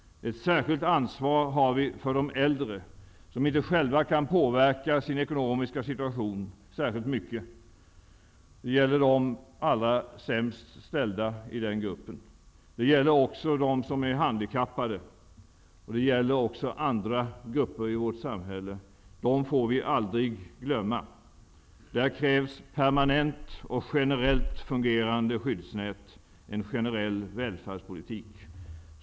Ett särskilt ansvar har vi för de äldre, som inte själva kan påverka sin ekonomiska situation särskilt mycket. Det gäller de allra sämst ställda i den gruppen. Det gäller också dem som är handikappade, liksom andra grupper i vårt samhälle. Dem får vi aldrig glömma. Där krävs permanent och generellt fungerande skyddsnät, en generell välfärdspolitik.